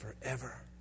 Forever